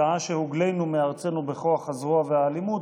שעה שהוגלינו מארצנו בכוח הזרוע והאלימות,